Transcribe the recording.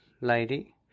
lady